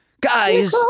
guys